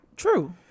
True